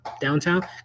downtown